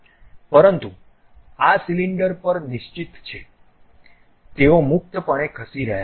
પરંતુ આ સિલિન્ડર પર નિશ્ચિત નથી તેઓ મુક્તપણે ખસી રહ્યા છે